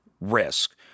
risk